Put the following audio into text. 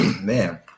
man